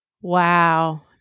Wow